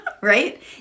right